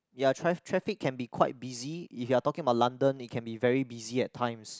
ya traf~ traffic can be quite busy if you're talking about London it can be very busy at times